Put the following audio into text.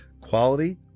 Quality